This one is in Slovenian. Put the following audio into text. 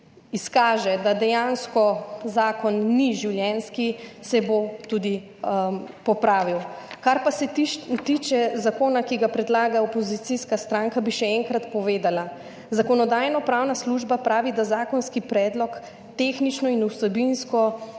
da dejansko zakon ni življenjski, se bo tudi popravil. Kar pa se tiče zakona, ki ga predlaga opozicijska stranka, bi še enkrat povedala. Zakonodajno-pravna služba pravi, da je zakonski predlog tehnično in vsebinsko